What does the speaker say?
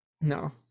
No